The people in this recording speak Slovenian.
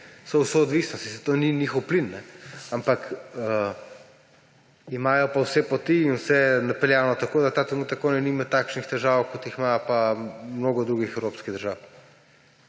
so v soodvisnosti, saj to ni njihov plin, ampak imajo pa vse poti in vse napeljano tako, da ta trenutek oni nimajo takšnih težav, kot jih ima mnogo drugih evropskih držav.